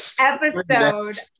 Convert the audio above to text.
episode